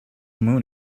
moon